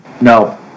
No